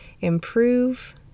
improve